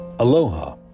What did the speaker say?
Aloha